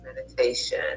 meditation